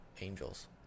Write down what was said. angels